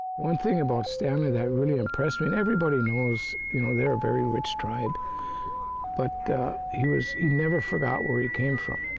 one thing about stanley that really impressed me and everybody knows you know they're a very rich tribe but he was he never forgot where he came from.